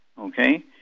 Okay